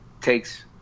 takes